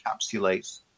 encapsulates